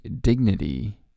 dignity